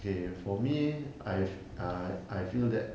okay for me I uh I feel that